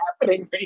happening